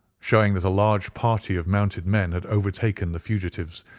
showing that a large party of mounted men had overtaken the fugitives,